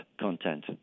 content